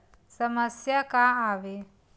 समस्या का आवे?